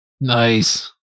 Nice